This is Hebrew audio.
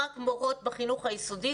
רק מורות בחינוך היסודי,